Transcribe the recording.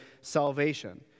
salvation